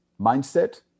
mindset